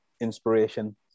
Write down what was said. inspiration